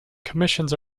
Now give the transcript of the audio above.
commissions